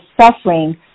suffering